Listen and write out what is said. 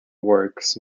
works